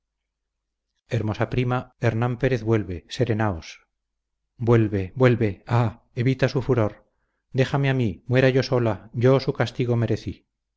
hermosa prima hernán pérez vuelve serenaos vuelve vuelve ah evita su furor déjame a mí muera yo sola yo su castigo merecí